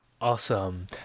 Awesome